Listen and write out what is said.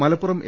Malappuram A